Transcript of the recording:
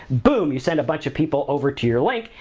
boom, you send a bunch of people over to your link,